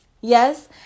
Yes